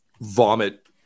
vomit